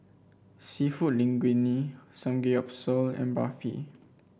seafood Linguine Samgeyopsal and Barfi